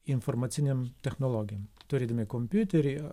informacinėm technologijom turėdami kompiuterį